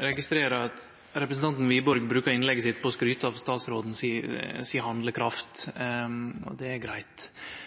registrerer at representanten Wiborg bruker innlegget sitt til å skryte av statsråden si handlekraft, og det er